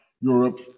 Europe